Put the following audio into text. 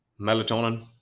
melatonin